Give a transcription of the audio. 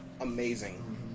amazing